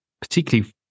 particularly